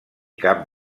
caps